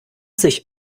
sich